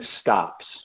stops